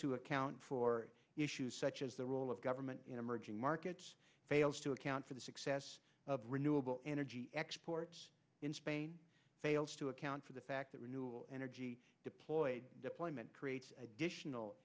to account for issues such as the role of government in emerging markets fails to account for the success of renewable energy exports in spain fails to account for the fact that renewable energy deployed deployment creates additional